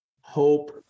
Hope